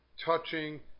touching